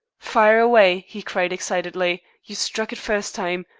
fire away! he cried excitedly. you struck it first time.